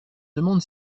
demande